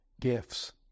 gifts